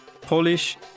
Polish